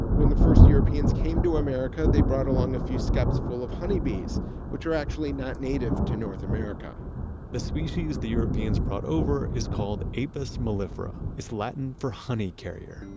when the first europeans came to america, they brought along a few skeps full of honeybees which are actually not native to north america the species the europeans brought over is called apis mellifera. it's latin for honey carrier.